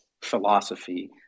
philosophy